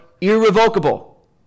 irrevocable